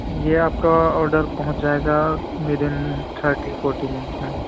یہ آپ کا آڈر پہنچ جائے گا within thirty forty minutes میں